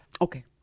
Okay